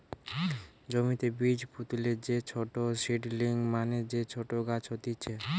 জমিতে বীজ পুতলে যে ছোট সীডলিং মানে যে ছোট গাছ হতিছে